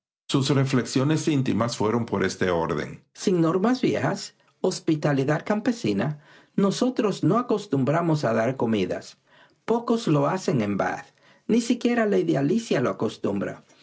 sus reflexiones íntimas fueron por este orden sin normas viejas hospitalidad campesina nosotros no acostumbramos a dar comidas pocos lo hacen en bath ni siquiera lady alicia lo acostumbra